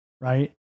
right